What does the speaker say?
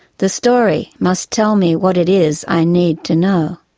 the story must tell me what it is i need to know.